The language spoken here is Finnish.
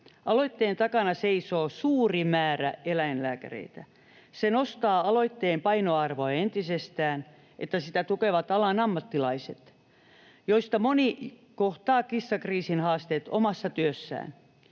Aloitteen takana seisoo suuri määrä eläinlääkäreitä. Se nostaa aloitteen painoarvoa entisestään, että sitä tukevat alan ammattilaiset, joista moni kohtaa kissakriisin haasteet omassa työssään.